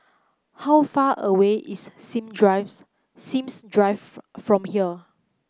how far away is Sim Drives Sims Drive for from here